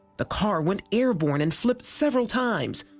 the car went airborne and flipped several times.